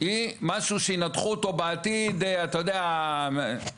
היא משהו שינתחו אותו בעתיד היסטוריונים